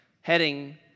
heading